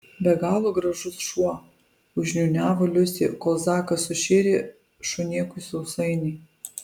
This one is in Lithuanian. be galo gražus šuo užniūniavo liusė kol zakas sušėrė šunėkui sausainį